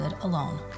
alone